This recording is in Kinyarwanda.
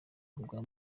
rwa